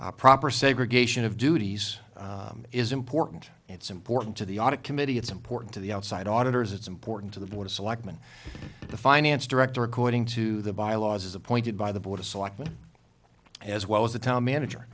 a proper segregation of duties is important it's important to the audit committee it's important to the outside auditors it's important to the board of selectmen the finance director according to the bylaws is appointed by the board of selectmen as well as the town manager